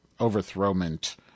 overthrowment